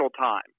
time